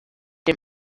dem